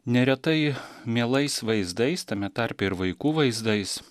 neretai mielais vaizdais tame tarpe ir vaikų vaizdais